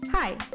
Hi